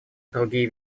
другие